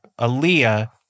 Aaliyah